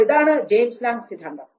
അപ്പോൾ ഇതാണ് James Lange സിദ്ധാന്തം